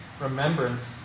remembrance